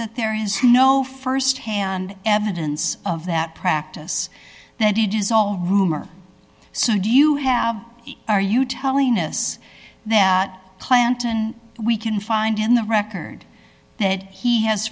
that there is you know firsthand evidence of that practice that he does oh rumor so do you have are you telling us that clanton we can find in the record that he has